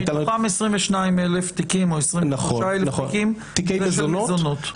שמתוכם 22,000 תיקים או 23,000 תיקים הם תיקי מזונות.